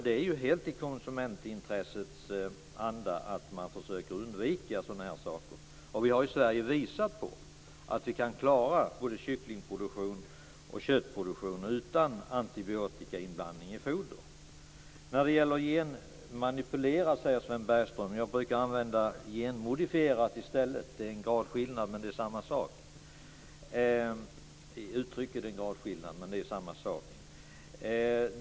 Det är helt i konsumentintressets anda att försöka undvika sådana saker. Vi har i Sverige visat att vi kan klara både kycklingproduktionen och köttproduktionen utan inblandning av antibiotika i foder. Sven Bergström säger genmanipulerad. Jag brukar säga genmodifierad. Det är en gradskillnad i uttrycken, men det är samma sak.